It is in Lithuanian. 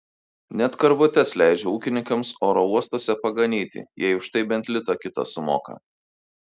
net karvutes leidžia ūkininkams oro uostuose paganyti jei už tai bent litą kitą sumoka